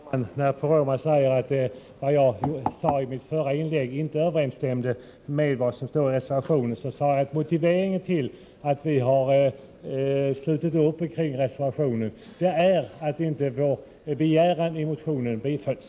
Herr talman! Bruno Poromaa säger att det jag sade i mitt förra inlägg inte överensstämmer med vad som står i reservationen. Jag sade att motiveringen till att vi har slutit upp kring reservationen är att vår begäran i motionen inte bifölls.